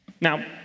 Now